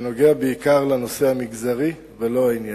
שנוגע בעיקר לנושא המגזרי ולא הענייני.